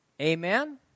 Amen